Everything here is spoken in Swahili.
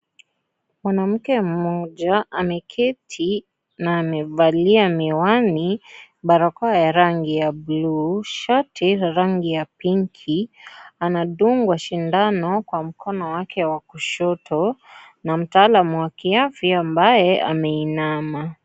Mwanamke mmoja ameketi na amevalia miwani, barakoa ya rangi ya bluu, shati la rangi ya pinki. Anadungwa sindano kwa mkono wake wa kushoto na mtaalam wa kiafya ambaye ameinama.